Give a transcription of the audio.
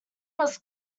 was